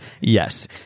Yes